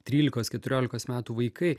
trylikos keturiolikos metų vaikai